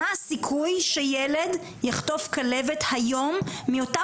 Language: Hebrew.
מה הסיכוי שילד יחטוף כלבת היום מאותה